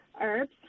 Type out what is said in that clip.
herbs